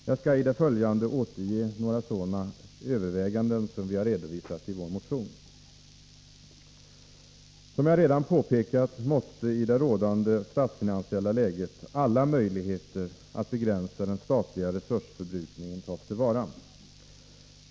Jag skall i det följande återge några sådana överväganden som vi redovisat i vår motion. Som jag redan påpekat måste i det rådande statsfinansiella läget alla möjligheter att begränsa den statliga resursförbrukningen tas till vara.